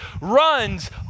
runs